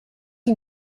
who